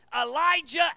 Elijah